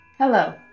Hello